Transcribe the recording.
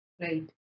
Right